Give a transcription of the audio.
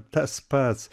tas pats